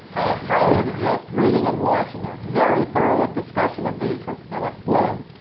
i highly suggest reading and watching a very thorough ah discussion of these from phillip bloom,